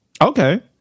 Okay